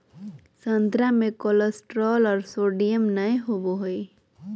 संतरा मे कोलेस्ट्रॉल और सोडियम नय होबय हइ